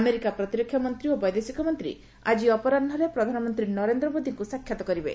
America ପ୍ରତିରକ୍ଷା ମନ୍ତ୍ରୀ ଓ ବୈଦେଶିକ ମନ୍ତ୍ରୀ ଆଜି ଅପରାହୁରେ ପ୍ରଧାନମନ୍ତ୍ରୀ ନରେନ୍ଦ୍ର ମୋଦୀଙ୍କୁ ସାକ୍ଷାତ କରିବେ